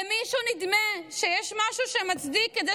למישהו נדמה שיש משהו שמצדיק את זה